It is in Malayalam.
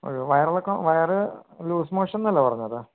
ഒരു വയറിളക്കം വയറ് ലൂസ് മോഷൻ എന്നല്ലേ പറഞ്ഞത്